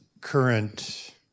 current